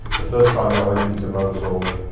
the first time i went into mosul,